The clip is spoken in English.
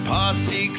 Posse